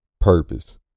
Purpose